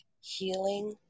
healing